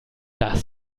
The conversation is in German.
das